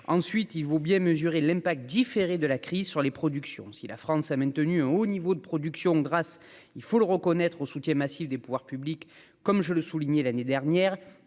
ensuite, il faut bien mesurer l'impact différé de la crise sur les productions, si la France a maintenu au niveau de production grâce, il faut le reconnaître, au soutien massif des pouvoirs publics, comme je le souligner l'année dernière,